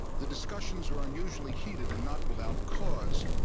the discussions were unusually heated and not without cause.